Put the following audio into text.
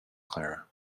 clara